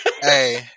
Hey